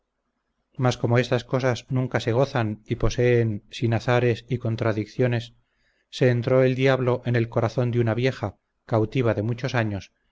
mas como estas cosas nunca se gozan y poseen sin azares y contradicciones se entró el diablo en el corazón de una vieja cautiva de muchos años